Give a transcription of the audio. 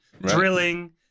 Drilling